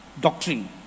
doctrine